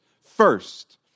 First